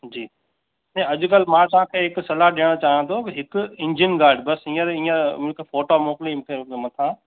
जी ऐं अॼकल्ह मां तव्हांखे हिकु सलाहु ॾियण चाहियां थो के हिकु इंजिनगार्ड बसि हीअंर हीअं मूंखे फ़ोटा मोकिली उनजे मथां